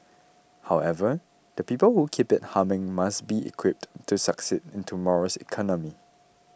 however the people who keep it humming must be equipped to succeed in tomorrow's economy